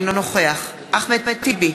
אינו נוכח אחמד טיבי,